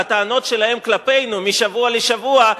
והטענות שלהם כלפינו משבוע לשבוע,